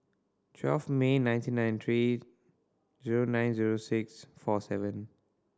twelve May nineteen ninety three zero nine zero six forty seven